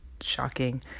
shocking